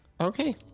Okay